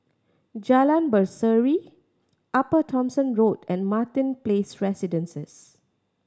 Jalan Berseri Upper Thomson Road and Martin Place Residences